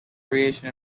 creation